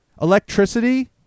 electricity